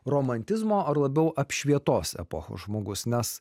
romantizmo ar labiau apšvietos epochos žmogus nes